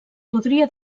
podria